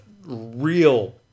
real